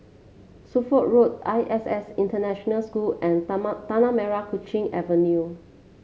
Suffolk Road I S S International School and Tanah Merah Kechil Avenue